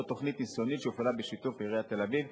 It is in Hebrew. זו תוכנית ניסיונית שהופעלה בשיתוף עיריית תל-אביב,